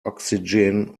oxygen